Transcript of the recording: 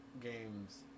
games